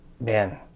man